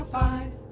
five